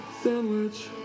Sandwich